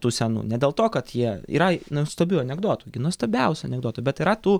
tų senų ne dėl to kad jie yra nuostabių anekdotų gi nuostabiausių anekdotų bet yra tų